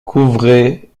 couvrait